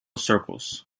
circles